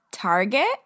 Target